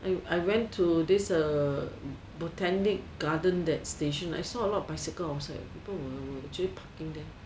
and I went to this uh botanic garden that station I saw a lot bicycles outside people were actually parking there